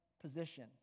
position